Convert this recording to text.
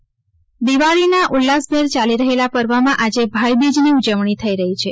ભાઇબીજ દિવાળીના ઉલ્લાસભેર ચાલી રહેલા પર્વમાં આજે ભાઇ બીજની ઉજવણી થઇ રહી છે